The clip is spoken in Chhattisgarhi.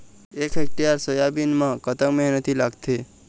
एक हेक्टेयर सोयाबीन म कतक मेहनती लागथे?